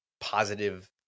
positive